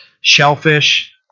Shellfish